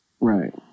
right